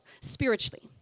spiritually